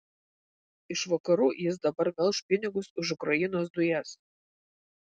iš vakarų jis dabar melš pinigus už ukrainos dujas